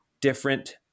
different